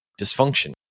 dysfunction